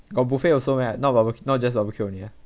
got buffet also meh not barbe~ not just barbecue only ah